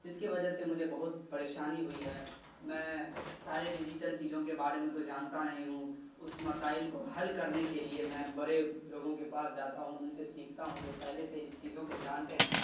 جس کی وجہ سے مجھے بہت پریشانی ہوئی ہے میں سارے ڈیجیٹل چیزوں کے بارے میں تو جانتا نہیں ہوں اس مسائل کو حل کرنے کے لیے میں بڑے لوگوں کے پاس جاتا ہوں ان سے سیکھتا ہوں جو پہلے سے اس چیزوں کو جانتے ہیں